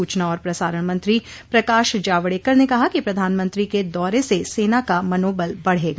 सूचना और प्रसारण मंत्री प्रकाश जावडेकर ने कहा कि प्रधानमंत्री के दौरे से सेना का मनोबल बढ़ेगा